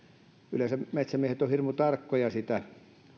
yleensä metsämiehet ovat hirmu tarkkoja siitä